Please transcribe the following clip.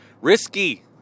Risky